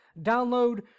download